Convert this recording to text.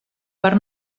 per